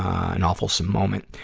an awfulsome moment.